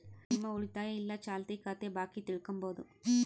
ನಿಮ್ಮ ಉಳಿತಾಯ ಇಲ್ಲ ಚಾಲ್ತಿ ಖಾತೆ ಬಾಕಿ ತಿಳ್ಕಂಬದು